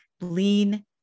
Lean